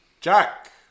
Jack